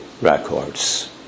records